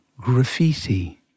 graffiti